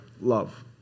love